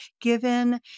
given